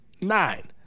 Nine